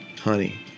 honey